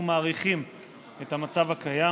אנחנו מאריכים את המצב הקיים,